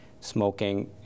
smoking